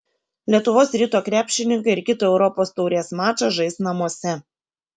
lietuvos ryto krepšininkai ir kitą europos taurės mačą žais namuose